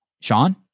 Sean